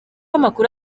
amakuru